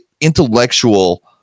intellectual